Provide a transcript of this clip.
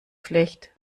pflicht